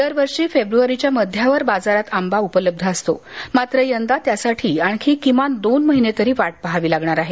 दरवर्षी फेब्रुवारीच्या मध्यावर बाजारात आंबा उपलब्ध असतो मात्र यंदा त्यासाठी आणखी किमान दोन महिने तरी वाट पाहावी लागणार आहे